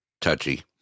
touchy